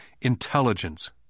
Intelligence